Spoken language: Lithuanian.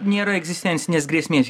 nėra egzistencinės grėsmės